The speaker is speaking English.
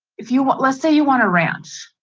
if you want, let's say you want to ranch,